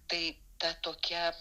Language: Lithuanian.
tai ta tokia